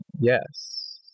Yes